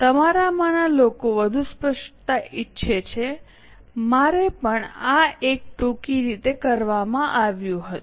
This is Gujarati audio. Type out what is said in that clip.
તમારા માંના લોકો વધુ સ્પષ્ટતા ઇચ્છે છે મારે પણ આ એક ટૂંકી રીતે કરવામાં આવ્યું હતું